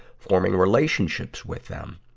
forming relationships with them.